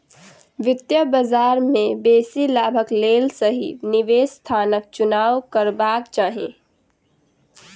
वित्तीय बजार में बेसी लाभक लेल सही निवेश स्थानक चुनाव करबाक चाही